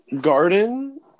Garden